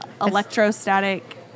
Electrostatic